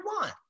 one